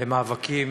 למאבקים